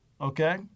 okay